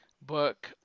book